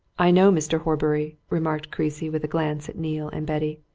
i know mr. horbury, remarked creasy, with a glance at neale and betty.